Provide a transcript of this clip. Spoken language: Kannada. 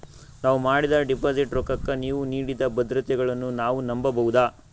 ನಾವು ಮಾಡಿದ ಡಿಪಾಜಿಟ್ ರೊಕ್ಕಕ್ಕ ನೀವು ನೀಡಿದ ಭದ್ರತೆಗಳನ್ನು ನಾವು ನಂಬಬಹುದಾ?